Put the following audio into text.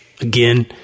again